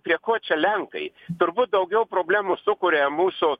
prie ko čia lenkai turbūt daugiau problemų sukuria mūsų